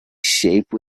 shape